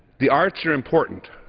the arts are important.